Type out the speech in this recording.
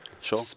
Sure